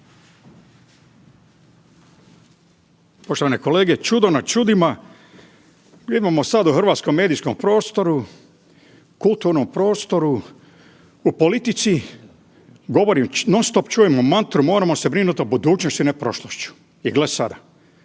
Poštovane kolege. Čudo nad čudima. Mi imamo sad u hrvatskom medijskom prostoru, kulturnom prostoru, u politici govori, non-stop čujemo mantru, moramo se brinuti o budućnosti, ne prošlošću. I gle sada.